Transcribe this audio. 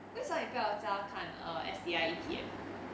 为什么你不要叫她看 err S_T_I E_T_F